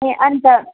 ए अन्त